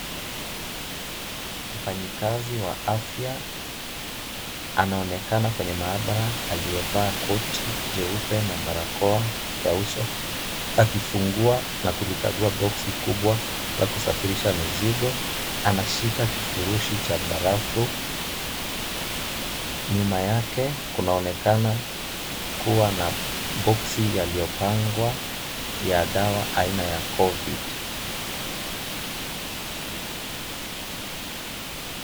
Mfanyikazi wa afya, anaonekana kwenye maabara aliyevaa koti jeupe na barakoa ya uso, akifungua na kulikagua boksi kubwa la kusafirisha mizigo. Anashika kifurushi cha barafu. Nyuma yake kunaonekana kuwa na boksi yaliyopangwa ya dawa ya aina ya Covid .